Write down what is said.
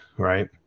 right